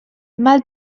mal